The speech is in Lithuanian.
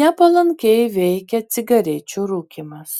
nepalankiai veikia cigarečių rūkymas